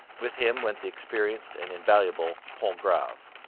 with him went the experienced and invaluable pontgrave.